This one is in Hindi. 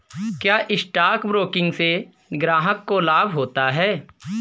क्या स्टॉक ब्रोकिंग से ग्राहक को लाभ होता है?